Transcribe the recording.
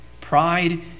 Pride